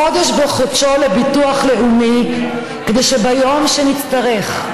חודש בחודשו לביטוח לאומי כדי שביום שנצטרך,